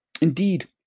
Indeed